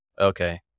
Okay